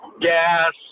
gas